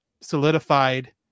solidified